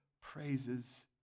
praises